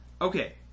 Okay